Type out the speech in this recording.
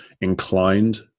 inclined